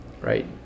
right